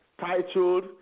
titled